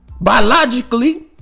Biologically